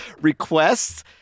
requests